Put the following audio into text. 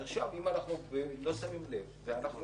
אז עכשיו אם אנחנו לא שמים לב ואנחנו